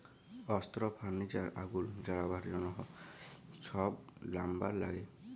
অস্ত্র, ফার্লিচার, আগুল জ্বালাবার জ্যনহ ছব লাম্বার ল্যাগে